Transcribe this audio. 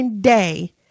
day